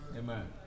Amen